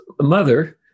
mother